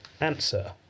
Answer